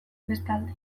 bestalde